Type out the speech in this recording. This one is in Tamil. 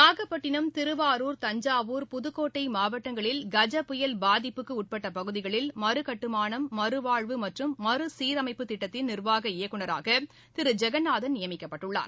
நாகப்பட்டினம் திருவாரூர் தஞ்சாவூர் புதுக்கோட்டை மாவட்டங்களில் கஜ புயல் பாதிப்புக்கு உட்பட்ட பகுதிகளில் மறுகட்டுமானம் மறுவாழ்வு மற்றும் மறுசீரமைப்பு திட்டத்தின் நிர்வாக இயக்குநராக திரு ஜெகநாதன் நியமிக்கப்பட்டுள்ளார்